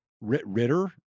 Ritter